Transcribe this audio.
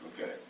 Okay